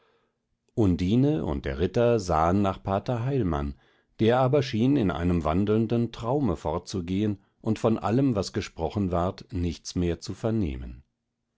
undine und der ritter sahen nach pater heilmann der aber schien in einem wandelnden traume fortzugehn und von allem was gesprochen ward nichts mehr zu vernehmen